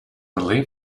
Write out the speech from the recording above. believe